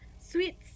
sweets